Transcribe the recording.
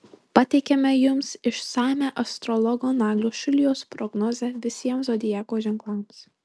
pateikiame jums išsamią astrologo naglio šulijos prognozę visiems zodiako ženklams